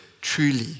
Truly